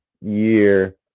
year